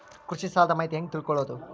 ಕೃಷಿ ಸಾಲದ ಮಾಹಿತಿ ಹೆಂಗ್ ತಿಳ್ಕೊಳ್ಳೋದು?